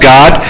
God